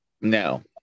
No